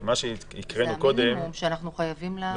זה המינימום שאנחנו חייבים לאזרחים.